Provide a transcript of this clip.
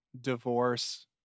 divorce